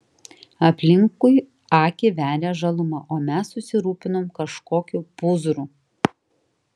aplinkui akį veria žaluma o mes susirūpinom kažkokiu pūzru